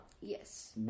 Yes